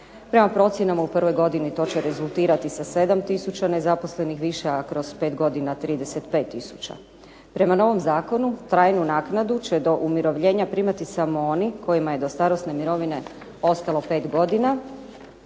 Prema procjenama u prvoj godini to će rezultirati sa 7 tisuća nezaposlenih više, a kroz 5 godina 35 tisuća. Prema novom zakonu trajnu naknadu će do umirovljenja primati samo oni kojima je do starosne mirovine ostalo 5 godina.